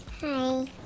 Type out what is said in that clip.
Hi